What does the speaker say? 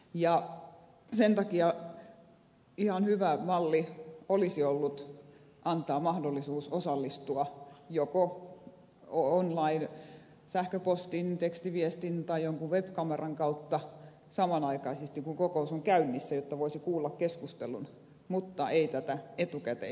sen takia ihan hyvä malli olisi ollut antaa mahdollisuus osallistua joko online sähköpostin tekstiviestin tai jonkun web kameran kautta samanaikaisesti kun kokous on käynnissä jotta voisi kuulla keskustelun mutta ei tämä etukäteismalli